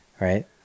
right